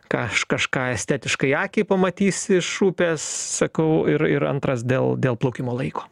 ką aš kažką estetiškai akiai pamatysi iš upės sakau ir ir antras dėl dėl plaukimo laiko